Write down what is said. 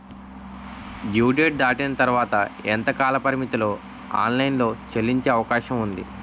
Due date దాటిన తర్వాత ఎంత కాలపరిమితిలో ఆన్ లైన్ లో చెల్లించే అవకాశం వుంది?